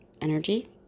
energy